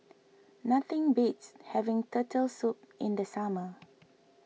nothing beats having Turtle Soup in the summer